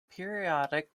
periodic